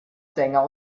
sänger